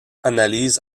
analyse